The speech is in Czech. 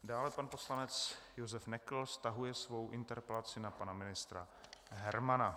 Dále pan poslanec Josef Nekl stahuje svou interpelaci na pana ministra Hermana.